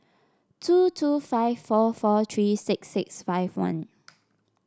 two two five four four three six six five one